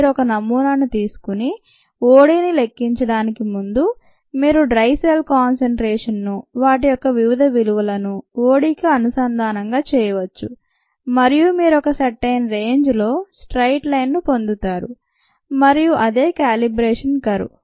మీరు ఒక నమూనాను తీసుకొని ODని లెక్కించడానికి ముందు మీరు డ్రై సెల్ కాన్సెన్ట్రేషన్ ను వాటి యొక్క వివిధ విలువలను ODకు అనుసంధానం చేయవచ్చు మరియు మీరు ఒక సర్టైన్ రేంజ్ లో స్ట్రెయిట్ లైన్ ను పొందుతారు మరియు అదే క్యాలిబ్రేషన్ కర్వ్